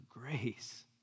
grace